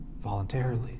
voluntarily